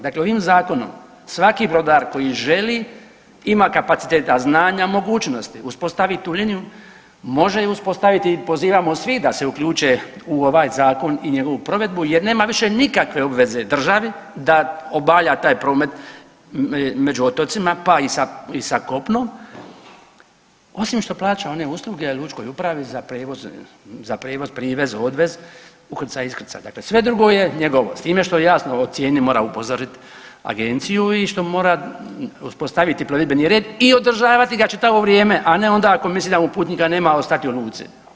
Dakle, ovim zakonom svaki brodar koji želi ima kapaciteta, znanja i mogućnosti uspostaviti tu liniju može ju uspostaviti i pozivamo svi da se uključe u ovaj zakon i njegovu provedbu jer nema više nikakve obveze državi da obavlja taj promet među otocima, pa i sa, i sa kopnom osim što plaća one usluge lučkoj upravi za prijevoz, za prijevoz, privez, odvez, ukrcaj, iskrcaj, dakle sve drugo je njegovo s time što jasno o cijeni mora upozorit agenciju i što mora uspostaviti plovidbeni red i održavati ga čitavo vrijeme, a ne onda ako misli da mu putnika nema ostati u luci.